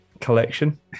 collection